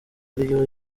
ariyo